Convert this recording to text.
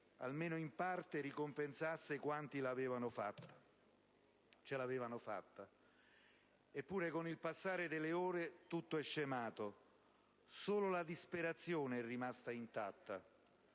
almeno in parte, ricompensasse quanti ce l'avevano fatta. Eppure, con il passare delle ore, tutto è scemato: solo la disperazione è rimasta intatta.